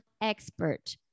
expert